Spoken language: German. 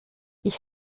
ich